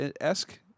esque